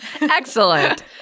Excellent